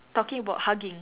talking about hugging